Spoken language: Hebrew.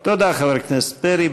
תודה, חבר הכנסת פרי.